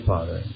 Father